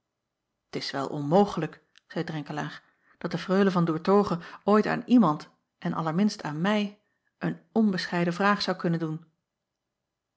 et is wel onmogelijk zeî renkelaer dat de reule an oertoghe ooit aan iemand en allerminst aan mij een onbescheiden vraag zou kunnen doen